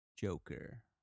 Joker